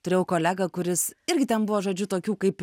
turėjau kolegą kuris irgi ten buvo žodžiu tokių kaip